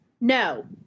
No